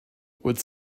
would